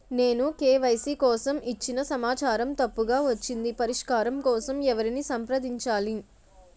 నేను కే.వై.సీ కోసం ఇచ్చిన సమాచారం తప్పుగా వచ్చింది పరిష్కారం కోసం ఎవరిని సంప్రదించాలి?